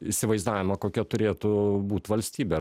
įsivaizdavimą kokia turėtų būt valstybė